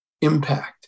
impact